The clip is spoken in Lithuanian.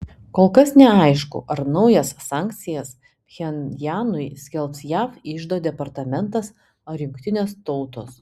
kol kas neaišku ar naujas sankcijas pchenjanui skelbs jav iždo departamentas ar jungtinės tautos